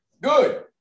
Good